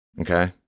okay